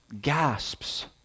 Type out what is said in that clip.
gasps